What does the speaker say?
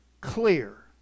clear